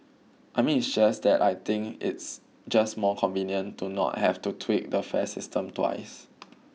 I mean it's just that I think it's just more convenient to not have to tweak the fare system twice